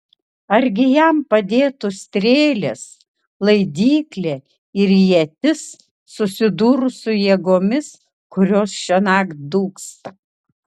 argi jam padėtų strėlės laidyklė ir ietis susidūrus su jėgomis kurios šiąnakt dūksta